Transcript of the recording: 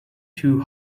too